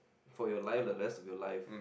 for your life the rest of your life